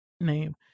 name